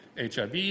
HIV